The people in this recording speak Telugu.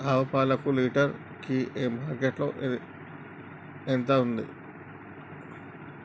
ఆవు పాలకు లీటర్ కి మార్కెట్ లో ఎంత ఉంది?